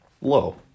Low